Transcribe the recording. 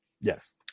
Yes